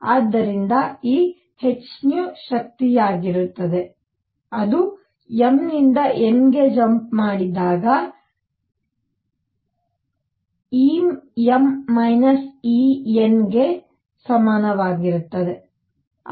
ಆದ್ದರಿಂದ ಈ h ಶಕ್ತಿಯಾಗಿರುತ್ತದೆ ಅದು m ನಿಂದ n ಜಂಪ್ ಮಾಡಿದಾಗ ಈ Em Enಸಮಾನವಾಗಿರುತ್ತದೆ